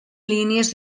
línies